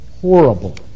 horrible